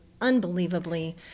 unbelievably